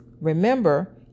Remember